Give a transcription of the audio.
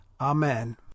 Amen